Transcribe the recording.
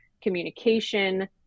communication